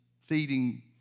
feeding